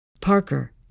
Parker